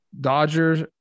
Dodgers